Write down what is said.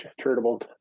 charitable